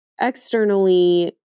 externally